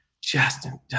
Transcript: Justin